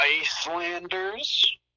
Icelanders